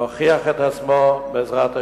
יוכיח את עצמו, בעזרת השם,